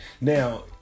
Now